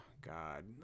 God